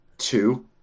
Two